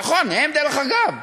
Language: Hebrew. נכון, דרך אגב,